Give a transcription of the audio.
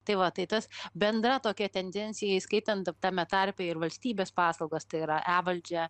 tai va tai tas bendra tokia tendencija įskaitant tame tarpe ir valstybės paslaugas tai yra e valdžia